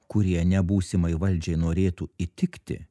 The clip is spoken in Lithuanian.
kurie ne būsimai valdžiai norėtų įtikti